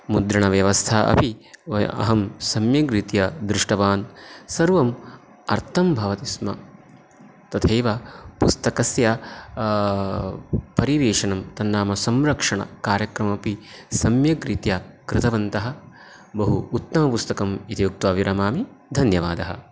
मुद्रणव्यवस्था अपि व अहं सम्यग्रीत्या दृष्टवान् सर्वम् अर्थं भवति स्म तथैव पुस्तकस्य परिवेशनं तन्नाम संरक्षणकार्यक्रममपि सम्यक् रीत्या कृतवन्तः बहु उत्तमपुस्तकम् इत्युक्त्वा विरमामि धन्यवादः